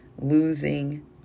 losing